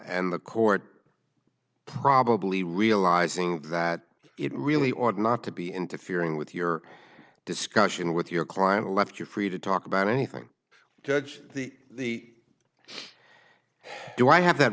and the court probably realizing that it really order not to be interfering with your discussion with your client left you free to talk about anything judge the do i have that